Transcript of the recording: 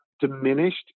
diminished